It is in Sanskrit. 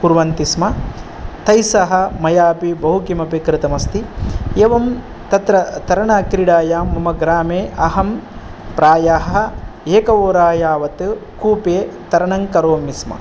कुर्वन्ति स्म तैस्सह मयापि बहुकिमपि कृतमस्ति एवं तत्र तरणक्रीडायां मम ग्रामे अहं प्रायाः एक होरा यावत् कूपे तरणं करोमि स्म